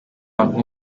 nko